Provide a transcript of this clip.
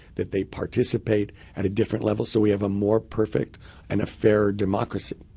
that they participate at a different level so we have a more perfect and a fair democracy.